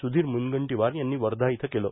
सुधीर मुनगंटीवार यांनी वर्धा इथं केलं